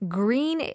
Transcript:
green